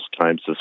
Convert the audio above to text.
times